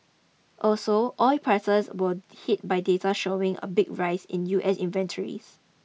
also oil prices were hit by data showing a big rise in US inventories